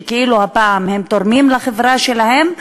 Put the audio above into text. שהם תורמים לחברה שלהם,